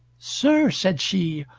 sir, said she,